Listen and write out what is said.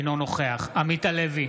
אינו נוכח עמית הלוי,